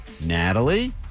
Natalie